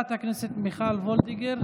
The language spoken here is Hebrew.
חברת הכנסת מיכל וולדיגר,